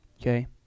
Okay